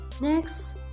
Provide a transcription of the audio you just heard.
Next